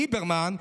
ליברמן,